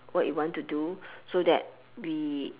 what we want to do so that we